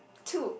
two